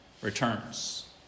returns